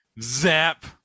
Zap